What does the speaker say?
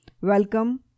Welcome